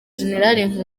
gen